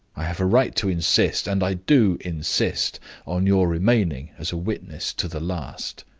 i have a right to insist and i do insist on your remaining as a witness to the last.